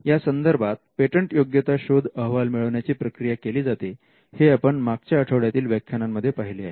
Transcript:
आणि यासंदर्भात पेटंटयोग्यता शोध अहवाल मिळविण्याची प्रक्रिया केली जाते हे आपण मागच्या आठवड्यातील व्याख्यानांमध्ये पाहिले आहे